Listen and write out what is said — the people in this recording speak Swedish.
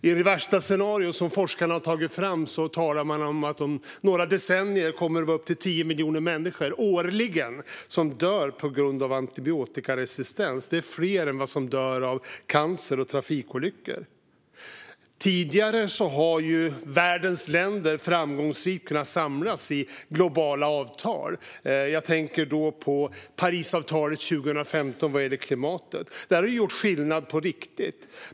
I det värstascenario som forskarna har tagit fram talar man om att det om några decennier kommer att vara upp till 10 miljoner människor som dör årligen på grund av antibiotikaresistens. Det är fler än det antal människor som dör av cancer och trafikolyckor. Tidigare har världens länder framgångsrikt kunnat samlas kring globala avtal. Jag tänker på Parisavtalet 2015 gällande klimatet. Detta har gjort skillnad på riktigt.